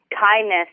kindness